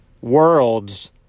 Worlds